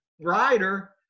rider